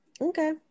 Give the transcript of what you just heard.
Okay